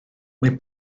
mae